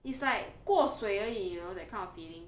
it's like 过水而已 you know that kind of feeling